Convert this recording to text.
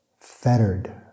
fettered